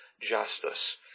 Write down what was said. justice